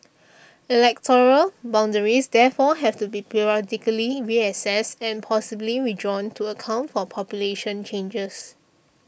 electoral boundaries therefore have to be periodically reassessed and possibly redrawn to account for population changes